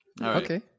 Okay